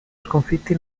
sconfitti